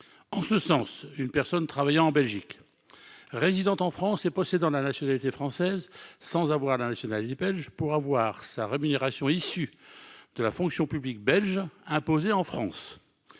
en ce sens une personne travaillant en Belgique résidant en France et possédant la nationalité française, sans avoir la nationale il belge pourra voir sa rémunération issus de la fonction publique belge imposé en France